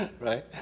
Right